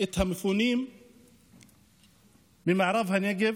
את המפונים ממערב הנגב,